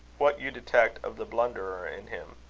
what you detect of the blunderer in him.